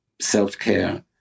self-care